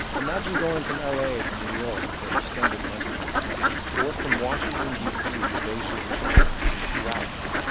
imagine going from l a to new york for an extended lunchbreak or from washington d c. to beijing, china, in two hours.